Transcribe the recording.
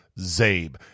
zabe